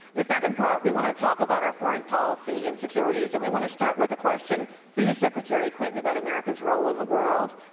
the second part, we want to talk about our foreign policy insecurities. and we want to start with a question for you, secretary clinton, about america's role in the world.